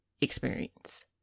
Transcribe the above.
experience